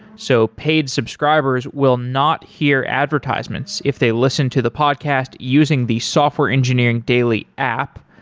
so paid subscribers will not hear advertisements if they listen to the podcast using the software engineering daily app